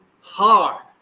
hard